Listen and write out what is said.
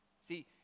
See